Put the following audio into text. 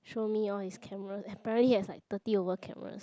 show me all his cameras apparently he has like thirty over cameras